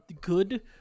good